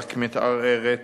עירק מתערערת.